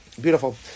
Beautiful